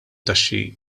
taxxi